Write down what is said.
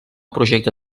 projecte